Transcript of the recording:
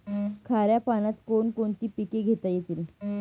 खाऱ्या पाण्यात कोण कोणती पिके घेता येतील?